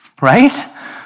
right